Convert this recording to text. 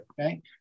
okay